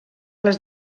les